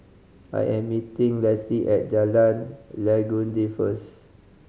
I am meeting Lesley at Jalan Legundi first